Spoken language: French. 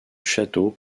château